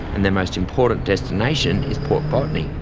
and their most important destination is port botany,